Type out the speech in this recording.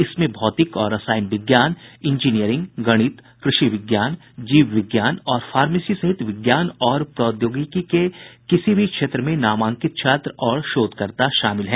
इसमें भौतिक और रसायन विज्ञान इंजीनियरिंग गणित कृषि विज्ञान जीव विज्ञान और फार्मेसी सहित विज्ञान और प्रौद्योगिकी के किसी भी क्षेत्र में नामांकित छात्र और शोधकर्ता शामिल हैं